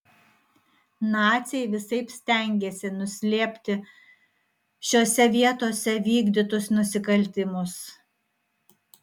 naciai visaip stengėsi nuslėpti šiose vietose vykdytus nusikaltimus